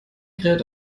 kräht